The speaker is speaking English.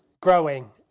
growing